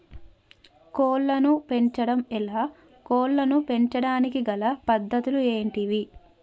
కోళ్లను పెంచడం ఎలా, కోళ్లను పెంచడానికి గల పద్ధతులు ఏంటివి?